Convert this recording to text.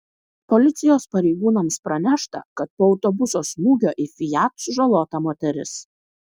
policijos pareigūnams pranešta kad po autobuso smūgio į fiat sužalota moteris